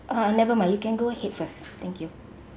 uh never mind you can go ahead first thank you